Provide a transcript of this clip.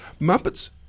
Muppets